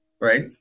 right